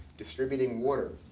distributing water.